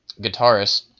guitarist